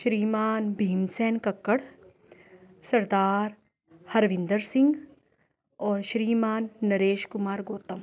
ਸ੍ਰੀ ਮਾਨ ਭੀਮ ਸੈਨ ਕੱਕੜ ਸਰਦਾਰ ਹਰਵਿੰਦਰ ਸਿੰਘ ਔਰ ਸ਼੍ਰੀ ਮਾਨ ਨਰੇਸ਼ ਕੁਮਾਰ ਗੋਤਮ